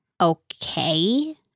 Okay